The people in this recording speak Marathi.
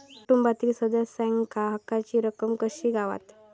कुटुंबातील सदस्यांका हक्काची रक्कम कशी गावात?